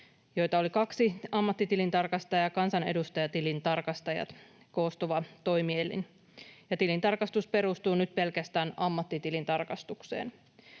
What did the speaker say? joita oli kaksi ammattitilintarkastajaa ja kansanedustajatilintarkastajat, koostuva toimielin, ja tilintarkastus perustuu nyt pelkästään ammattitilintarkastukseen.